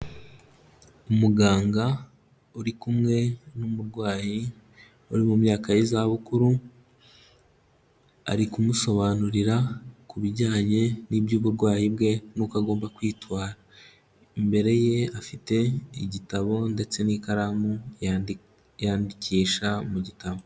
Umuganga uri kumwe n'umurwayi wari mu myaka y'izabukuru, ari kumusobanurira ku bijyanye n'iby'uburwayi bwe n'uko agomba kwitwara, imbere ye afite igitabo ndetse n'ikaramu yandikisha mu gitabo.